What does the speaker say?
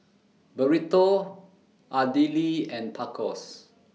Burrito Idili and Tacos